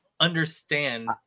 understand